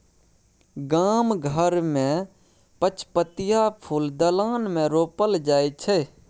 गाम घर मे पचपतिया फुल दलान मे रोपल जाइ छै